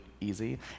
easy